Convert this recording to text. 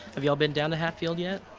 have you been down to hatfield yet?